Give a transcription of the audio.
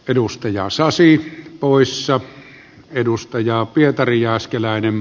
edustaja saa siipi poissa edustaja pietari jääskeläinen